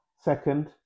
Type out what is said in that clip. second